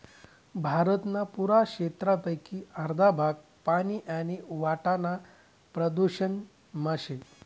भारतना पुरा क्षेत्रपेकी अर्ध भाग पानी आणि वाटाना प्रदूषण मा शे